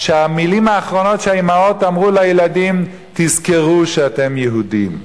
שהמלים האחרונות שהאמהות אמרו לילדים: תזכרו שאתם יהודים,